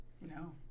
no